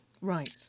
Right